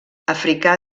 africà